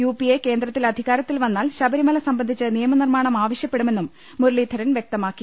UPA കേന്ദ്ര ത്തിൽ അധികാരത്തിൽ വന്നാൽ ശബരിമല സർബന്ധിച്ച് നിയമ നിർമാണം ആവശ്യപ്പെടുമെന്നും മുരളീധരൻ വ്യക്തമാക്കി